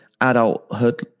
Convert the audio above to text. adulthood